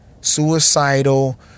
suicidal